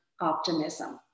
optimism